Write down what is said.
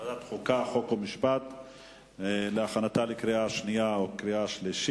שמונה בעד, אין מתנגדים ואין נמנעים.